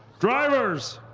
drivers,